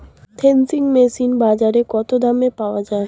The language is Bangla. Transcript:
থ্রেসিং মেশিন বাজারে কত দামে পাওয়া যায়?